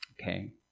okay